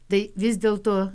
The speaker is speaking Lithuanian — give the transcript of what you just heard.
tai vis dėl to